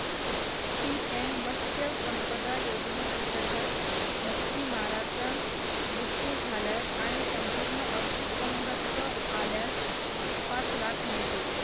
PM Matsya Sampada योजनेअंतर्गत, मच्छीमाराचा मृत्यू झाल्यास आणि संपूर्ण अपंगत्व आल्यास पाच लाख मिळते